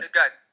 guys